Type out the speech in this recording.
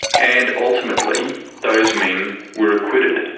and ultimately those men were acquitted.